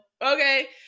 Okay